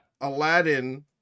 aladdin